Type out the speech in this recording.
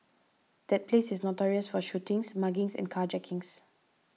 that place is notorious for shootings muggings and carjackings